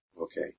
Okay